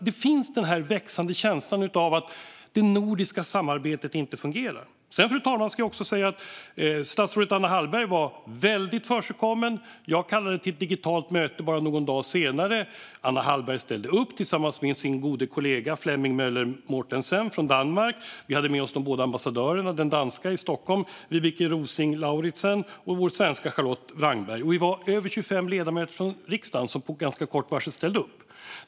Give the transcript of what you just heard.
Det finns en växande känsla av att det nordiska samarbetet inte fungerar. Jag ska jag också säga, fru talman, att statsrådet Anna Hallberg sedan var väldigt förekommande. Jag kallade till ett digitalt möte bara någon dag senare. Anna Hallberg ställde upp tillsammans med sin gode kollega Flemming Møller Mortensen från Danmark. Vi hade med oss de båda ambassadörerna - den danska i Stockholm, Vibeke Rovsing Lauritzen, och vår svenska, Charlotte Wrangberg. Vi var också över 25 ledamöter från riksdagen som ställde upp med ganska kort varsel.